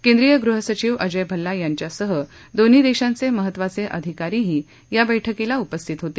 केंद्रीय गृहसचिव अजय भल्ला यांच्यासह दोन्ही देशांचे महत्वाचे अधिकारीही या बैठकीला उपस्थित होते